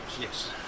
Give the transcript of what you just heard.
Yes